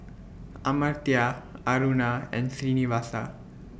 Amartya Aruna and Srinivasa